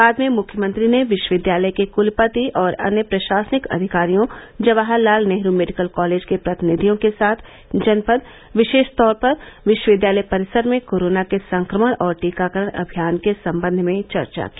बाद में मुख्यमंत्री ने विश्वविद्यालय के कुलपति और अन्य प्रशासनिक अधिकारियों जवाहरलाल नेहरू मेडिकल कॉलेज के प्रतिनिधियों के साथ जनपद विशेष तौर पर विश्वविद्यालय परिसर में कोरोना के संक्रमण और टीकाकरण अभियान के सम्बन्ध में चर्चा की